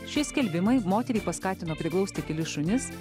šie skelbimai moterį paskatino priglausti kelis šunis